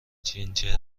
جینجر